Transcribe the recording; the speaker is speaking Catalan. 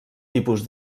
tipus